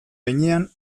heinean